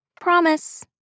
Promise